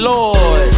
Lord